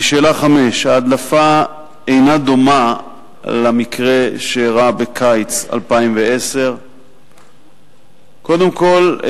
4. ההדלפה אינה דומה למקרה שאירע בקיץ 2010. קודם כול,